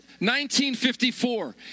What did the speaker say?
1954